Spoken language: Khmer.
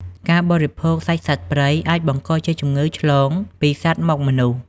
ការបរិភោគសាច់សត្វព្រៃអាចបង្កជាជំងឺឆ្លងពីសត្វមកមនុស្ស។